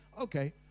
okay